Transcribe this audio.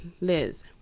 Liz